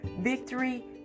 victory